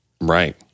right